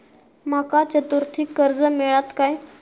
माका चतुर्थीक कर्ज मेळात काय?